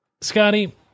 Scotty